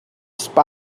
spy